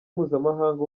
mpuzamahanga